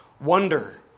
Wonder